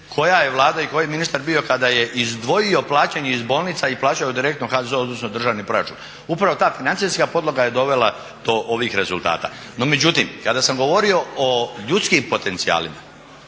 koja je Vlada i koji ministar bio kada je izdvojio plaćanje iz bolnica i plaćao direktno HZZO-u odnosno u državni proračun. Upravo ta financijska podloga je dovela do ovih rezultata. No međutim, kada sam govorio o ljudskim potencijalima